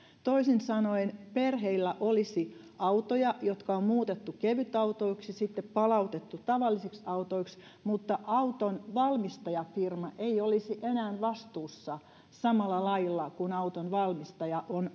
toisin sanoen perheillä olisi autoja jotka on muutettu kevytautoiksi ja sitten palautettu tavallisiksi autoiksi mutta auton valmistajafirma ei olisi enää vastuussa autosta samalla lailla kuin autonvalmistaja normaalisti on